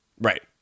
Right